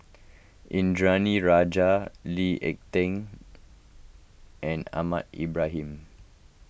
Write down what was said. Indranee Rajah Lee Ek Tieng and Ahmad Ibrahim